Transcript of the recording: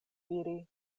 iri